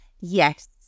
Yes